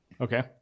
Okay